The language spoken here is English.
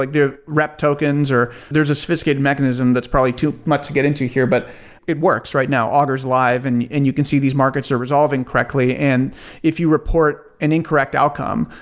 like the rep tokens, or there's a sophisticated mechanism that's probably too much to get into here, but it works right now. augur's live and and you can see these markets are resolving correctly. and if you report an incorrect outcome,